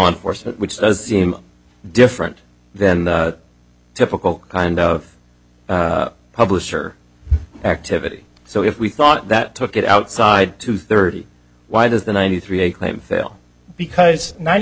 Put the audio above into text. enforcement which does seem different than the typical kind of publisher activity so if we thought that took it outside to thirty why does the ninety three a claim fail because ninety